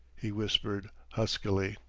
he whispered huskily.